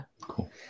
Cool